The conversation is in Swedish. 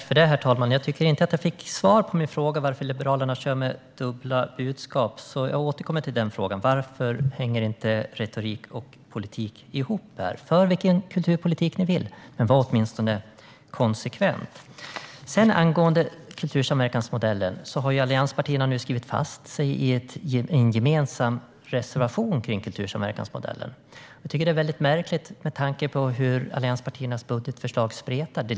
Herr talman! Jag tycker inte att jag fick svar på min fråga om varför Liberalerna kör med dubbla budskap, så jag återkommer till den: Varför hänger inte retorik och politik ihop? För vilken kulturpolitik ni vill, men var åtminstone konsekventa! Allianspartierna har nu skrivit fast sig i en gemensam reservation angående kultursamverkansmodellen. Jag tycker att detta är väldigt märkligt, med tanke på hur allianspartiernas budgetförslag spretade.